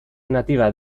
nativa